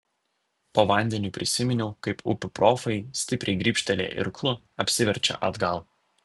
po vandeniu prisiminiau kaip upių profai stipriai grybštelėję irklu apsiverčia atgal